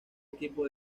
equipo